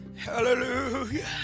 Hallelujah